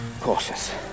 cautious